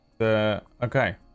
Okay